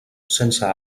sense